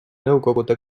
nõukogude